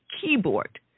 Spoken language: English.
keyboard